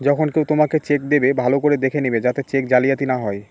যখন কেউ তোমাকে চেক দেবে, ভালো করে দেখে নেবে যাতে চেক জালিয়াতি না হয়